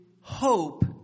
hope